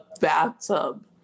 bathtub